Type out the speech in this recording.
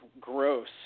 gross